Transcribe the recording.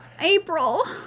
April